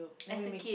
as a kid